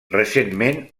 recentment